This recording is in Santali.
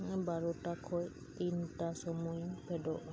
ᱵᱟᱨᱳᱴᱟ ᱠᱷᱚᱱ ᱛᱤᱱᱴᱟ ᱥᱚᱢᱳᱭᱤᱧ ᱯᱷᱮᱰᱚᱜᱼᱟ